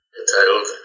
entitled